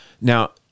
Now